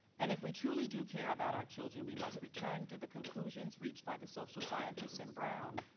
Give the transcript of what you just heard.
and if we truly do care about our children, we must return to the conclusions reached by the social scientists in brown.